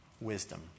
wisdom